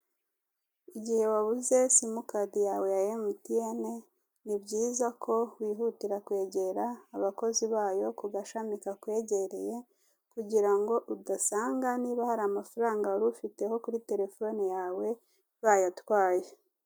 Igihe wabuze simukadi yawe ya emutiyene ni byiza ko wihutira kwegera abakozi bayo ku gashami kakwegereye kugira ngo udasanga niba hari amafaranga wari ufiteho kuri terefone yawe bayatwaye.